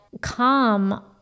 calm